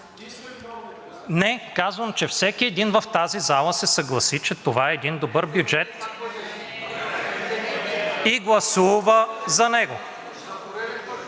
Не казвам, че всеки един в тази зала се съгласи, че това е един добър бюджет и гласува за него.